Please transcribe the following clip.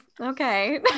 Okay